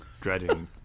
dreading